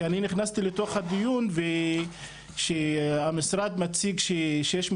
כי אני נכנסתי לתוך הדיון כשהמשרד מציג ש-600